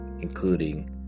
including